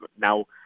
now